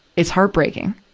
it's heartbreaking.